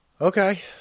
Okay